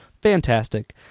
fantastic